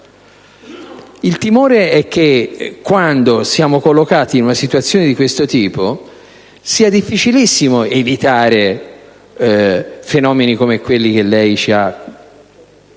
Il timore è che quando siamo collocati in una situazione di questo tipo sia difficilissimo evitare fenomeni come quelli che lei ci ha descritto,